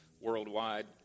worldwide